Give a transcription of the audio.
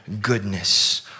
goodness